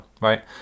right